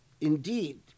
indeed